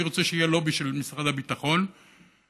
אני רוצה שיהיה לובי של משרד הביטחון שיטען